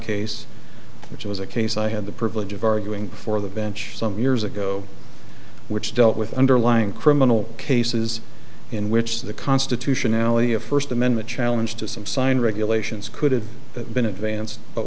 case which was a case i had the privilege of arguing before the bench some years ago which dealt with underlying criminal cases in which the constitutionality of first amendment challenge to some signed regulations could have been advanced but